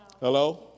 Hello